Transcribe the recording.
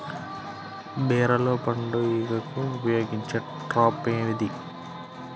బీరలో పండు ఈగకు ఉపయోగించే ట్రాప్ ఏది?